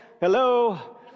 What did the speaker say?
hello